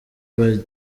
bari